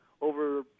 over